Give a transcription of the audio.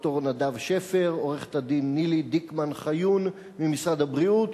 ד"ר נדב שפר ועורכת-הדין נילי דיקמן-חיון ממשרד הבריאות,